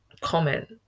comment